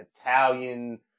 Italian